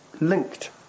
linked